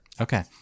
Okay